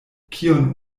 kion